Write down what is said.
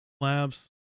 Labs